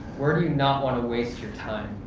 where do you not want to waste your time?